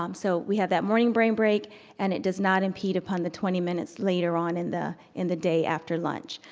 um so we have that morning brain break and it does not impede upon the twenty minutes later on in the, in the day after lunch.